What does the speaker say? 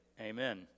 Amen